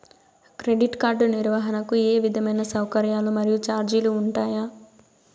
Credit card నిర్వహణకు ఏ విధమైన సౌకర్యాలు మరియు చార్జీలు ఉంటాయా?